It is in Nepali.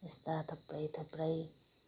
यस्ता थुप्रै थुप्रै